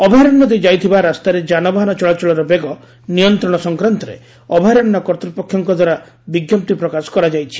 ଅଭୟାରଣ୍ୟ ଦେଇ ଯାଇଥିବା ରାସ୍ତାରେ ଯାନବାହନ ଚଳାଚଳର ବେଗ ନିୟନ୍ତ୍ରଣ ସଂକ୍ରାନ୍ତରେ ଅଭୟାରଣ୍ୟ କର୍ତ୍ତୃପକ୍ଷଙ୍କ ଦ୍ୱାରା ବିଜ୍ଞପ୍ତି ପ୍ରକାଶ କରାଯାଇଛି